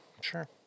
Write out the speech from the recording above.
Sure